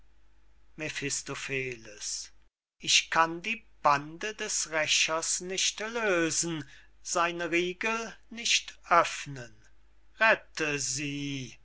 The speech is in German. ich kann die bande des rächers nicht lösen seine riegel nicht öffnen rette sie